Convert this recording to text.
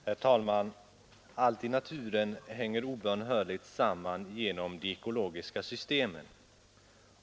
Herr talman! Allt i naturen hänger obönhörligt samman genom de ekologiska systemen.